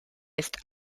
ist